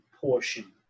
portion